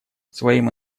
своим